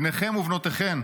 בניכם ובנותיכן.